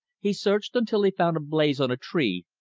he searched until he found a blaze on a tree,